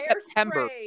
September